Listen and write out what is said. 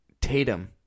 Tatum